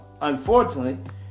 unfortunately